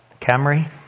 Camry